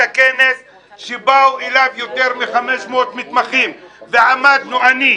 הכנס שבאו אליו יותר מ-500 מתמחים ועמדנו אני,